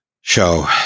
show